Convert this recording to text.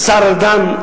השר ארדן,